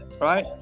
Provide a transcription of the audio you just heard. right